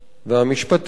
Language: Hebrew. והמשפטית